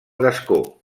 gascó